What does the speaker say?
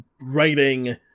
writing